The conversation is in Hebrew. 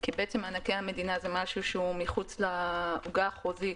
כי בעצם מענקי המדינה הם משהו שהוא מחוץ לעוגה החוזית.